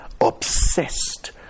obsessed